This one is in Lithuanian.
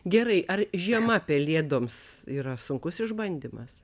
gerai ar žiema pelėdoms yra sunkus išbandymas